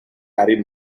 harry